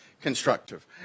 constructive